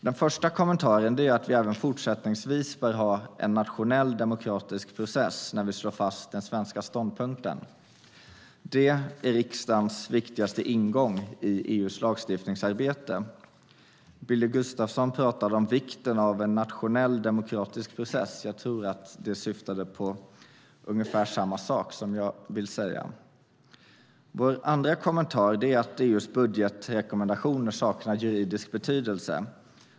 Den första kommentaren är att vi även fortsättningsvis bör ha en nationell demokratisk process när vi slår fast den svenska ståndpunkten. Det är riksdagens viktigaste ingång i EU:s lagstiftningsarbete. Billy Gustafsson pratade om vikten av en nationell demokratisk process. Jag tror att det syftade på ungefär samma sak som jag vill säga. Den andra kommentaren är att EU:s budgetrekommendationer saknar juridisk betydelse.